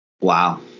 Wow